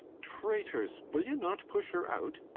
traitors! will you not push her out?